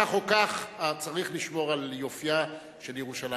כך או כך צריך לשמור על יופיה של ירושלים.